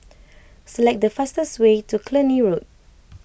select the fastest way to Cluny Road